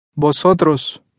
Vosotros